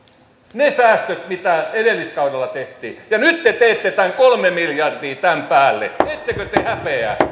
ne säästöt mitä edelliskaudella tehtiin ja nyt te teette tämän kolme miljardia tämän päälle ettekö te häpeä